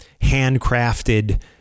handcrafted